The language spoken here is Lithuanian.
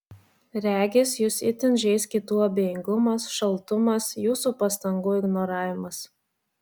regis jus itin žeis kitų abejingumas šaltumas jūsų pastangų ignoravimas